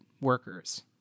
workers